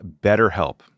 BetterHelp